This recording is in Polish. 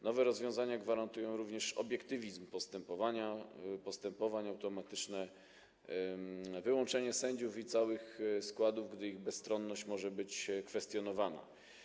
Nowe rozwiązania gwarantują również obiektywizm postępowań - automatyczne wyłączenie sędziów i całych składów, gdy ich bezstronność może być kwestionowana.